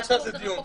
נקיים על זה דיון.